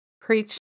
Preach